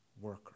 worker